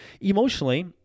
Emotionally